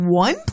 One